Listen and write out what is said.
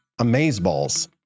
Amazeballs